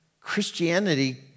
Christianity